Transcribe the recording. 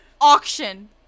auction